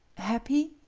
happy